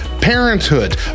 parenthood